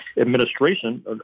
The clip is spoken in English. administration